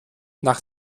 nach